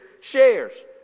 shares